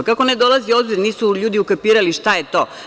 Kako ne dolazi u obzir, nisu ljudi ukapirali šta je to.